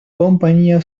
compañía